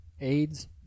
AIDS